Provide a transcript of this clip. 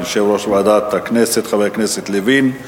תודה ליושב-ראש ועדת הכנסת, חבר הכנסת לוין.